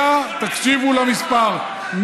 תקשיבו למספר,